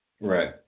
Right